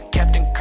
Captain